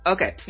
Okay